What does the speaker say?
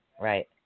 Right